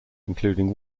including